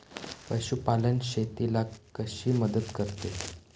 पशुपालन शेतीला कशी मदत करते?